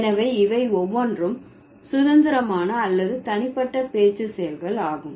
எனவே இவை ஒவ்வொன்றும் சுதந்திரமான அல்லது தனிப்பட்ட பேச்சு செயல்கள் ஆகும்